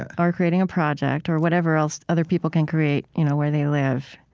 um or creating a project, or whatever else other people can create you know where they live,